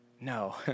No